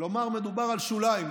כלומר, מדובר על שוליים.